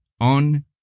on